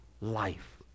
life